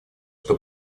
что